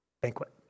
banquet